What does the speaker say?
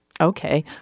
okay